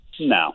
No